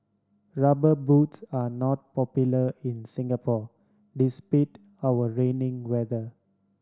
Rubber Boots are not popular in Singapore despite our raining weather